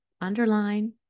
Underline